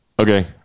Okay